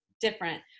different